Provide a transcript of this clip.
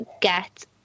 get